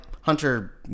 Hunter